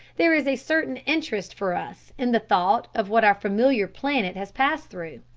there is a certain interest for us in the thought of what our familiar planet has passed through.